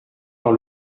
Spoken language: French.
dans